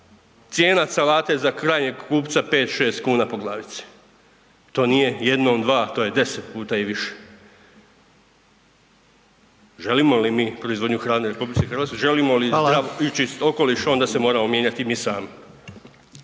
cijena salate za krajnjeg kupca 5, 6 kn po glavici. To nije jednom, dva, to je 10 puta i više. Želimo li mi proizvodnju hrane u RH, želimo li zdrav i čist okoliš onda se moramo mijenjati i mi sami.